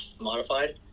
modified